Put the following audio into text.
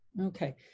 Okay